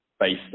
based